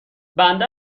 بنده